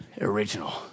original